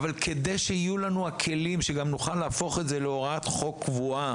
אבל כדי שיהיו לנו הכלים שגם נוכל להפוך את זה להוראת חוק קבועה